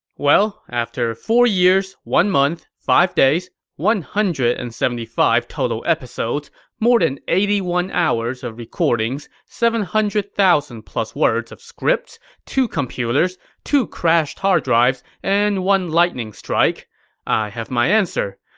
well, after four years, one month, five days one hundred and seventy five total episodes more than eighty one hours of recordings seven hundred thousand plus words of scripts two computers two crashed hard drives and one lightning strike i have my answer,